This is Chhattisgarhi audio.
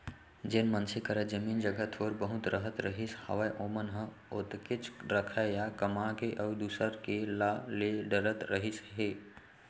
जेन मनसे करा जमीन जघा थोर बहुत रहत रहिस हावय ओमन ह ओतकेच रखय या कमा के अउ दूसर के ला ले डरत रहिस हे